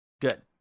Good